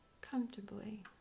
comfortably